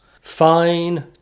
Fine